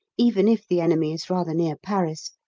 even if the enemy is rather near paris.